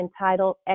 entitled